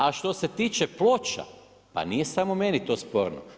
A što se tiče ploča, pa nije samo meni to sporno.